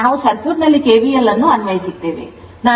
ನಾವು ಸರ್ಕ್ಯೂಟ್ನಲ್ಲಿ kvl ಅನ್ನು ಅನ್ವಯಿಸುತ್ತೇವೆ